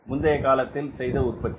முந்தைய காலத்தில் செய்த உற்பத்தி